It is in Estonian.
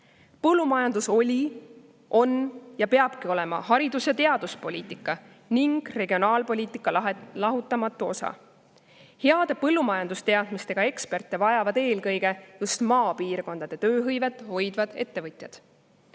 Põllumajandus oli, on ja peabki olema haridus‑ ja teaduspoliitika ning regionaalpoliitika lahutamatu osa. Heade põllumajandusteadmistega eksperte vajavad eelkõige just maapiirkondade tööhõivet hoidvad ettevõtjad. Oleme